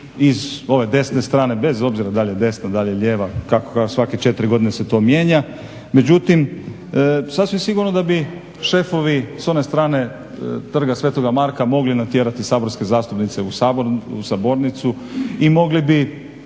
iz ove desne strane bez obzira da li je desna, da li je lijeva, svake četiri godine se to mijenja. Međutim, sasvim sigurno da bi šefovi s one strane Trga sv. Marka mogli natjerati saborske zastupnice u sabornicu i mogli bi